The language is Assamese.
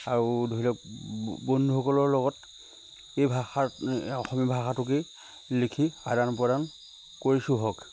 আৰু ধৰি লওক বন্ধুসকলৰ লগত এই ভাষাত অসমীয়া ভাষাটোকেই লিখি আদান প্ৰদান কৰিছোঁহক